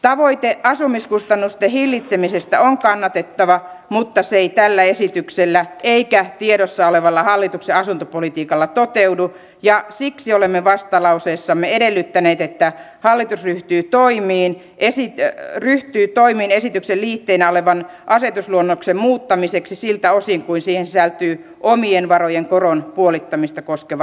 tavoite asumiskustannusten hillitsemisestä on kannatettava mutta se ei tällä esityksellä eikä tiedossa olevalla hallituksen asuntopolitiikalla toteudu ja siksi olemme vastalauseessamme edellyttäneet että hallitus ryhtyy toimiin esityksen liitteenä olevan asetusluonnoksen muuttamiseksi siltä osin kuin siihen sisältyy omien varojen koron puolittamista koskeva ehdotus